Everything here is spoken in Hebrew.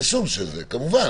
כמובן.